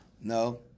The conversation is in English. No